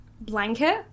blanket